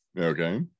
Okay